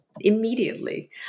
immediately